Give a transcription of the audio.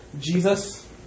Jesus